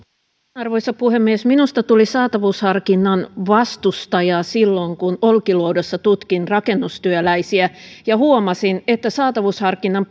arvoisa puhemies minusta tuli saatavuusharkinnan vastustaja silloin kun olkiluodossa tutkin rakennustyöläisiä ja huomasin että saatavuusharkinnan